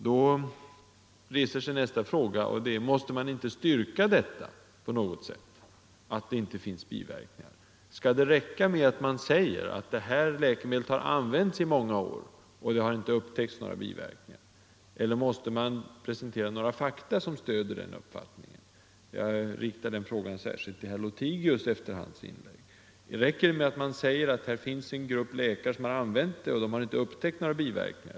Då reser sig nästa fråga: Måste man inte styrka på något sätt att det inte finns biverkningar? Skall det räcka med att man säger att det här läkemedlet har använts i många år, och det har inte upptäckts några biverkningar. Eller måste man presentera några fakta som stöder den uppfattningen? Jag vill rikta den frågan särskilt till herr Lothigius med anledning av hans inlägg. Räcker det med att man säger att här finns en grupp läkare som har använt medlet, och de har inte upptäckt några biverkningar?